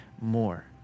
more